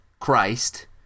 Christ